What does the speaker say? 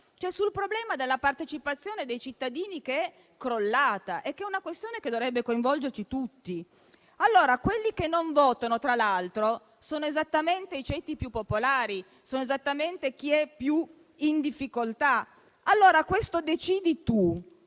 cioè il problema della partecipazione dei cittadini, che è crollata e che è una questione che dovrebbe coinvolgerci tutti. Quelli che non votano, tra l'altro, sono esattamente i ceti più popolari, chi è più in difficoltà. Questo principio